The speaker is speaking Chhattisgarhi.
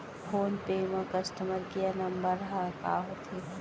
फोन पे म कस्टमर केयर नंबर ह का होथे?